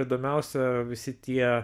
įdomiausia visi tie